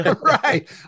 right